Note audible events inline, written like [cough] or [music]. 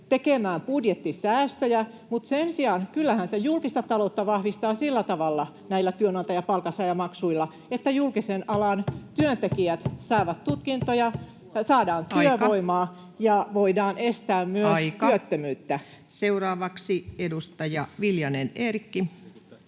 tekemään budjettisäästöjä, mutta sen sijaan kyllähän se julkista taloutta vahvistaa näillä työnantajan palkansaajamaksuilla sillä tavalla, että julkisen alan työntekijät [noise] saavat tutkintoja, saadaan työvoimaa [Puhemies: Aika!] ja voidaan estää myös työttömyyttä. Seuraavaksi edustaja Viljanen, Eerikki.